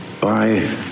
bye